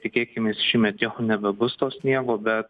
tikėkimės šįmet jau nebebus to sniego bet